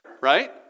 right